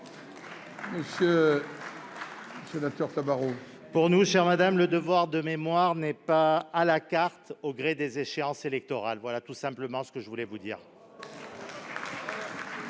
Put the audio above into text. pour la réplique. Pour nous, chère madame, le devoir de mémoire n'est pas à la carte, au gré des échéances électorales. Voilà tout simplement ce que je voulais vous dire.